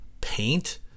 paint